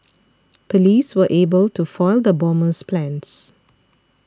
police were able to foil the bomber's plans